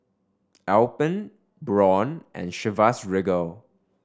Alpen Braun and Chivas Regal